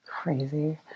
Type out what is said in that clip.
Crazy